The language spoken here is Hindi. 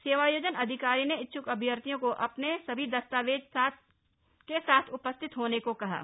सेवायोजन अधिकारी ने इच्छुक अभ्यर्थियों को अपने सभी दस्तावेजों के उपस्थित होने को कहा है